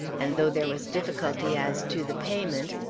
and though there was difficulty as to the payment,